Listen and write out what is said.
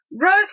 Rose